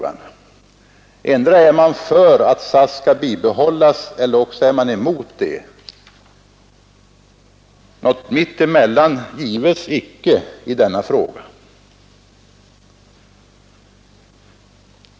Antingen är man för att SAS skall bibehållas eller också är man emot det. Något mittemellan gives icke i denna fråga.